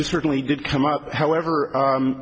is certainly did come up however